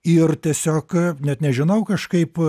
ir tiesiog net nežinau kažkaip